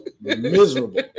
miserable